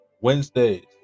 Wednesdays